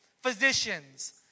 physicians